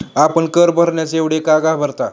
आपण कर भरण्यास एवढे का घाबरता?